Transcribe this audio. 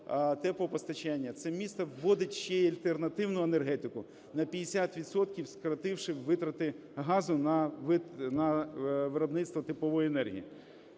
теплопостачання, це місто вводить ще й альтернативну енергетику, на 50 відсотків скоротивши витрати газу на виробництво теплової енергії.